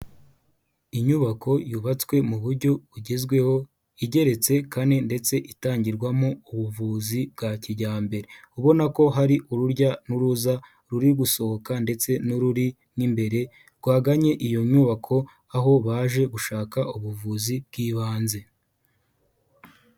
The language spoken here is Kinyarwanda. Inyubako yubatswe mu buryo bugezweho igeretse kane ndetse itangirwamo ubuvuzi bwa kijyambere, ubona ko hari urujya n'uruza ruri gusohoka ndetse n'ururi mu imbere rwaganye iyo nyubako aho baje gushaka ubuvuzi bw'ibanze.